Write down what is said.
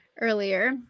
earlier